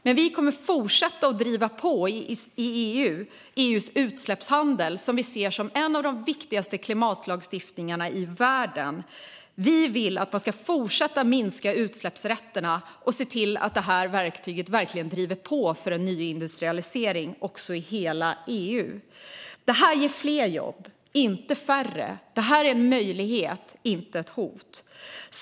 Men vi kommer att fortsätta att driva på i EU:s utsläppshandel, som vi ser som en av de viktigaste klimatlagstiftningarna i världen. Vi vill att man ska fortsätta minska utsläppsrätterna och se till att detta verktyg verkligen driver på för en nyindustrialisering i hela EU. Det här ger fler jobb, inte färre. Det här är en möjlighet, inte ett hot.